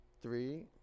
three